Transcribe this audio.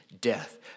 death